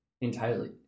entirely